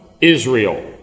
Israel